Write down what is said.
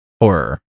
horror